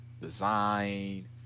design